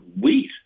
wheat